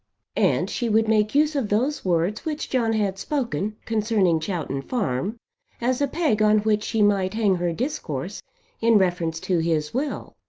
and she would make use of those words which john had spoken concerning chowton farm as a peg on which she might hang her discourse in reference to his will.